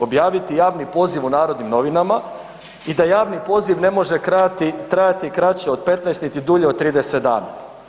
Objaviti javni poziv u Narodnim novinama i da javni poziv ne može trajati kraće od 15 niti dulje od 30 dana.